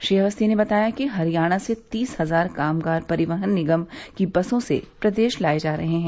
श्री अवस्थी ने बताया कि हरियाणा से तीस हजार कामगार परिवहन निगम की बसों से प्रदेश लाए जा रहे हैं